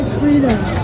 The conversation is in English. Freedom